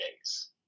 days